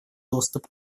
доступ